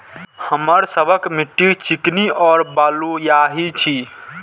हमर सबक मिट्टी चिकनी और बलुयाही छी?